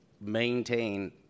maintain